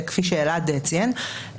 כפי שאלעד ציין,